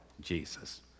Jesus